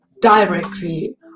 directly